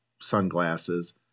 sunglasses